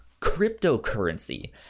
cryptocurrency